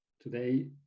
today